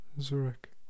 Zurich